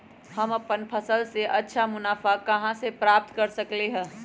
हम अपन फसल से अच्छा मुनाफा कहाँ से प्राप्त कर सकलियै ह?